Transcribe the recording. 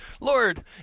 Lord